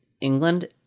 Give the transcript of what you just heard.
England